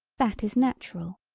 that is natural.